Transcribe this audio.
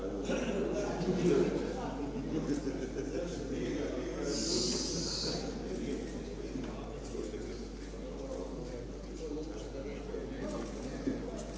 Hvala vam